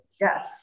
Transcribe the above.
Yes